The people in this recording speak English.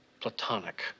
platonic